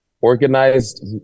organized